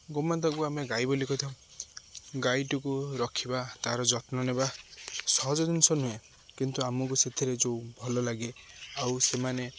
ଗୋମାତାକୁ ଆମେ ଗାଈ ବୋଲି କହିଥାଉ ଗାଈଟିକୁ ରଖିବା ତା'ର ଯତ୍ନ ନେବା ସହଜ ଜିନିଷ ନୁହେଁ କିନ୍ତୁ ଆମକୁ ସେଥିରେ ଯେଉଁ ଭଲ ଲାଗେ ଆଉ ସେମାନେ